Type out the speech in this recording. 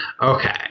okay